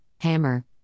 hammer